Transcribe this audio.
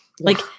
Like-